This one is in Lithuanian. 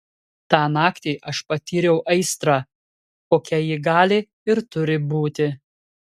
tą naktį aš patyriau aistrą kokia ji gali ir turi būti